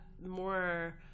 more